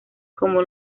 como